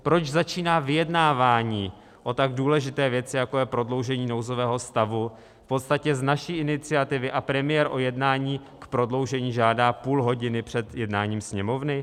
Proč začíná vyjednávání o tak důležité věci, jako je prodloužení nouzového stavu, v podstatě z naší iniciativy a premiér o jednání k prodloužení žádá půl hodiny před jednáním Sněmovny?